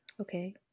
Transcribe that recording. Okay